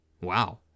Wow